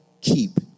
keep